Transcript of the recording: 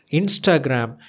instagram